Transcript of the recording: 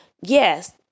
Yes